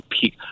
peak